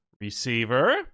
receiver